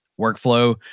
workflow